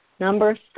Number